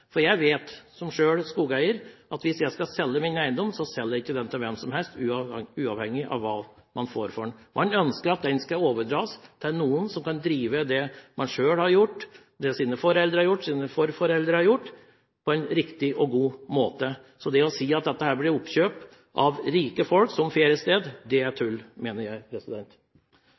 for jeg vet – som skogeier selv – at hvis jeg skal selge min eiendom, så selger jeg den ikke til hvem som helst, uavhengig av hva jeg får for den. Man ønsker at den skal overdras til noen som kan drive det man selv har gjort, det ens foreldre har gjort, og det ens forfedre har gjort, på en riktig og god måte. Det å si at dette blir oppkjøp av rike folk som feriested, mener jeg er tull. Jeg